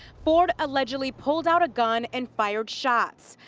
ford allegedly pulled out a gun and fired shots,